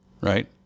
right